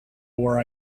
where